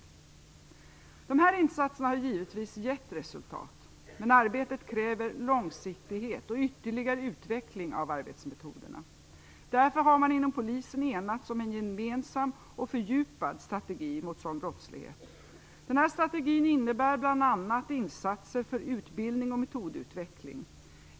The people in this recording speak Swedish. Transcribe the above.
De här insatserna har givetvis gett resultat. Men arbetet kräver långsiktighet och ytterligare utveckling av arbetsmetoderna. Därför har man inom polisen enats om en gemensam och fördjupad strategi mot sådan brottslighet. Den strategin innebär bl.a. insatser för utbildning och metodutveckling.